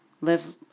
live